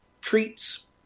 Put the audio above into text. treats